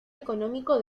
económico